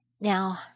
Now